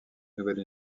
nouvelle